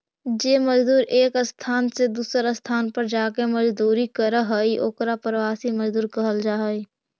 जे मजदूर एक स्थान से दूसर स्थान पर जाके मजदूरी करऽ हई ओकर प्रवासी मजदूर कहल जा हई